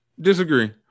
Disagree